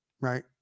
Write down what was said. right